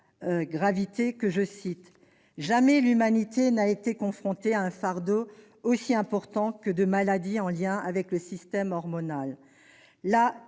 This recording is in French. gravité :« Jamais l'humanité n'a été confrontée à un fardeau aussi important de maladies en lien avec le système hormonal.